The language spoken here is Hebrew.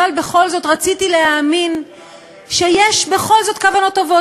אבל בכל זאת רציתי להאמין שיש בכל זאת כוונות טובות,